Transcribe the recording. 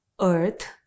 earth